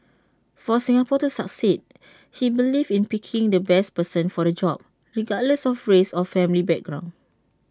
for Singapore to succeed he believed in picking the best person for the job regardless of race or family background